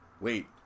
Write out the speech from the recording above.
wait